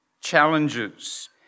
challenges